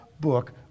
book